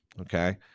Okay